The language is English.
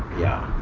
yeah.